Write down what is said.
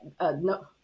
No